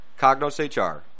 CognosHR